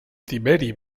tiberi